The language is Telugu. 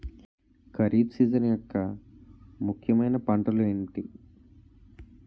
ఖరిఫ్ సీజన్ యెక్క ముఖ్యమైన పంటలు ఏమిటీ?